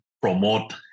promote